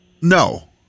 No